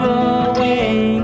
away